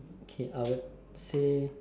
okay I would say